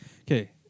okay